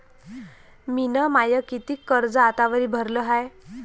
मिन माय कितीक कर्ज आतावरी भरलं हाय?